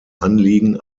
anliegen